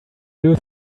new